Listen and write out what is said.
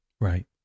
right